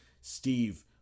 steve